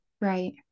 Right